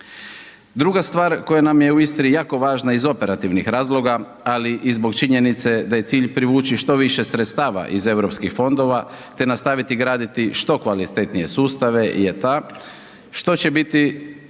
Druga stvar koja nam je u Istri jako važna iz operativnih razloga ali i zbog činjenice da je cilj privući što više sredstava iz eu fondova te nastaviti graditi što kvalitetnije sustave je ta što će bit